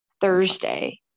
Thursday